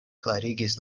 klarigis